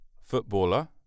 footballer